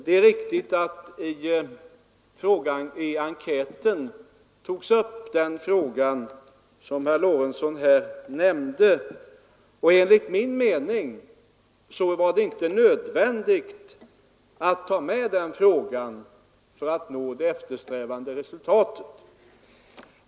Det är riktigt att i enkäten togs upp den fråga som herr Lorentzon nämnde, och enligt min mening hade det inte varit nödvändigt att ta med den för att nå det eftersträvade resultatet.